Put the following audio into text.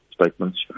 statements